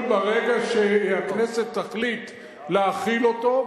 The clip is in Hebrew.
הוא יחול ברגע שהכנסת תחליט להחיל אותו,